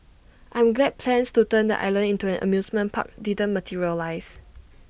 I'm glad plans to turn the island into an amusement park didn't materialise